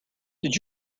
did